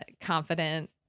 confident